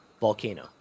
volcano